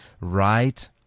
Right